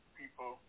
people